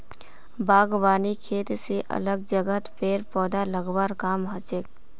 बागवानी खेत स अलग जगहत पेड़ पौधा लगव्वार काम हछेक